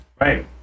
Right